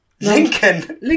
Lincoln